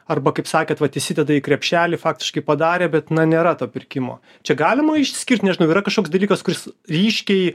arba kaip sakėt vat įsideda į krepšelį faktiškai padarė bet na nėra to pirkimo čia galima išskirt nežinau yra kažkoks dalykas kuris ryškiai